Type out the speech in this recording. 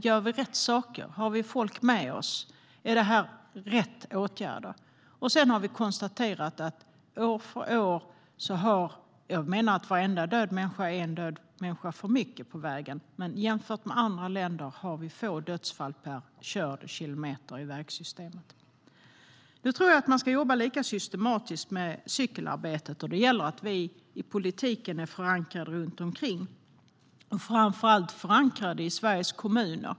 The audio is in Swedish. Gör vi rätt saker? Har vi folk med oss? Är det rätt åtgärder? Jag menar att varenda död människa på vägen är en människa för mycket. Men jämfört med andra länder har vi få dödsfall per körd kilometer i vägsystemet. Nu tror jag att man ska jobba lika systematiskt med cykelarbetet. Det gäller att vi i politiken är förankrade runt omkring och framför allt i Sveriges kommuner.